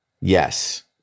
yes